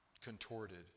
contorted